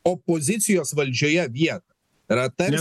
opozicijos valdžioje vietą yra tarsi